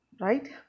right